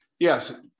Yes